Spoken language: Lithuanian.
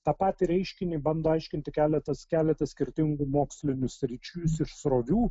tą patį reiškinį bando aiškinti keletas keletas skirtingų mokslinių sričių ir srovių